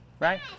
Right